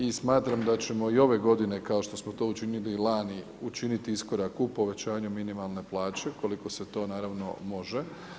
I smatram da ćemo i ove godine kao što smo to učinili i lani, učiniti iskorak u povećanju minimalne plaće koliko se to naravno može.